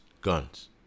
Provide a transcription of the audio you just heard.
Guns